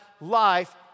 life